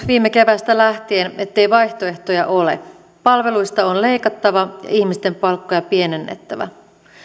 viime keväästä lähtien ettei vaihtoehtoja ole palveluista on on leikattava ja ihmisten palkkoja pienennettävä